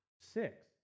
six